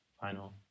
final